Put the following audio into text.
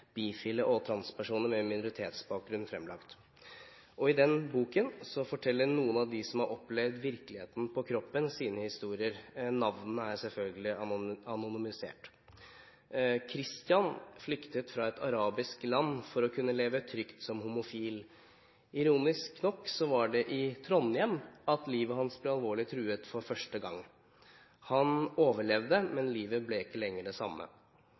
bifile og transpersoner med minoritetsbakgrunn – fremlagt. I denne boken forteller noen av dem som har opplevd virkeligheten på kroppen, sine historier. Navnene er selvfølgelig anonymisert. «Kristian» flyktet fra et arabisk land for å kunne leve trygt som homofil. Ironisk nok var det i Trondheim livet hans ble alvorlig truet for første gang. Han overlevde, men livet ble ikke lenger det samme.